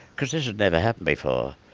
because this had never happened before,